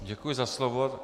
Děkuji za slovo.